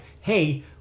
Hey